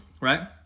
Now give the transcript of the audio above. right